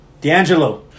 D'Angelo